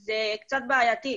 זה עניין אחד,